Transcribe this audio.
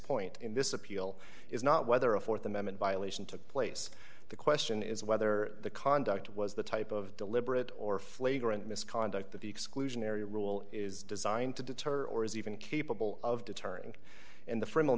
point in this appeal is not whether a th amendment violation took place the question is whether the conduct was the type of deliberate or flagrant misconduct that the exclusionary rule is designed to deter or is even capable of deterring and the f